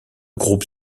groupe